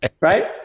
Right